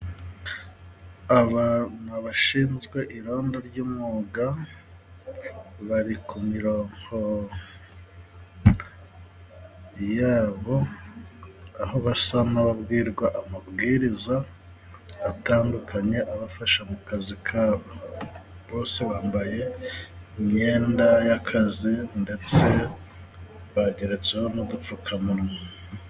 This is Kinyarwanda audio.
Aba ni abashinzwe irondo ry'umwuga. Bari ku mirongo yabo, aho basa n'ababwirwa amabwiriza atandukanye abafasha mu kazi kabo. Bose bambaye imyenda y'akazi ndetse bageretseho n'udupfukamunwa.